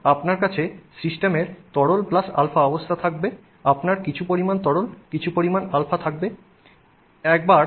সুতরাং আপনার কাছে সিস্টেমের তরল প্লাস α অবস্থা থাকবে আপনার কিছু পরিমাণ তরল কিছু পরিমাণ α থাকবে